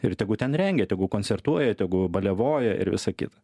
ir tegu ten rengia tegu koncertuoja tegu baliavoja ir visa kita